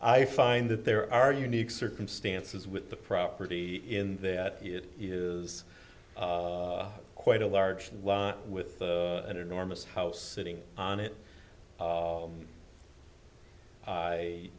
i find that there are unique circumstances with the property in that it is quite a large lot with an enormous house sitting on it